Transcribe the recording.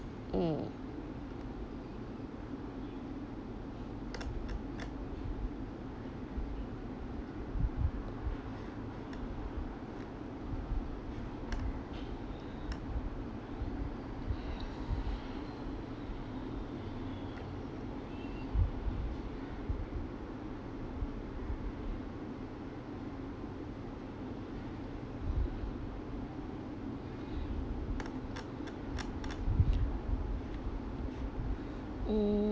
mm mm